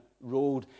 road